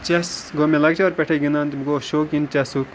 chess گوٚو مےٚ لَکچارٕ پٮ۪ٹھَے گِنٛدان تہٕ بہٕ گوس شوقیٖن چَسُک